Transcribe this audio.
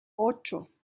ocho